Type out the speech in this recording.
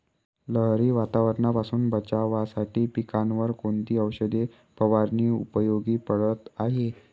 लहरी वातावरणापासून बचावासाठी पिकांवर कोणती औषध फवारणी उपयोगी पडत आहे?